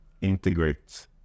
integrate